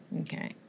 Okay